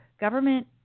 government